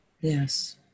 Yes